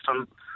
system